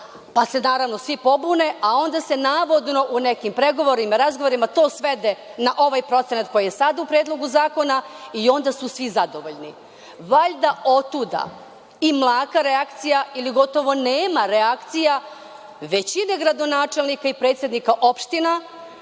pa se naravno svi pobune, a onda se navodno u nekim pregovorima, razgovorima to svede na ovaj procenat koji je sada u Predlogu zakona i onda su svi zadovoljni. Valjda otuda i mlaka reakcija ili gotovo nema reakcija većine gradonačelnika i predsednika opština